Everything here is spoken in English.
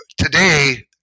Today